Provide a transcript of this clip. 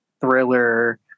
thriller